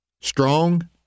strong